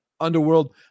underworld